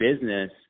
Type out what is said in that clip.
business